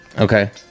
Okay